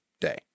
day